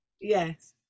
yes